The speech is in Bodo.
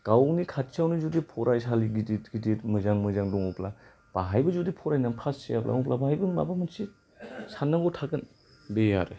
गावनि खाथियावनो जुदि फरायसालि गिदिर गिदिर मोजां मोजां दङब्ला बाहायबो जुदि फरायनानै पास जायाब्ला अब्ला बाहायबो माबा मोनसे साननांगौ थागोन बे आरो